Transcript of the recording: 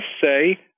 say